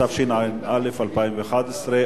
התשע"א 2011,